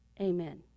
amen